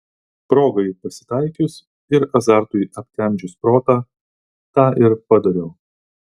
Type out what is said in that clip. progai pasitaikius ir azartui aptemdžius protą tą ir padariau